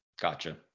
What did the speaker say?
gotcha